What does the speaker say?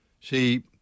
See